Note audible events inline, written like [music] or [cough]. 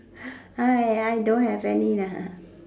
[breath] I don't have any lah